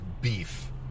beef